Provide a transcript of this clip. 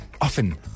often